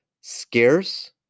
Scarce